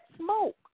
smoke